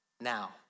now